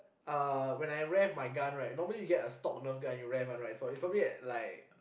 uh when I rev my gun right normally you get a stop Nerf gun you rev on right so it's probably like